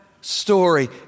story